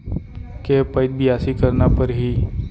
के पइत बियासी करना परहि?